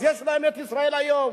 אז יש להם את "ישראל היום".